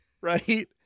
Right